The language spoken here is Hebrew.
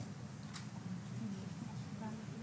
עד הצפון